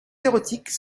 érotiques